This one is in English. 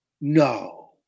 No